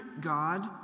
God